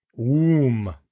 OOM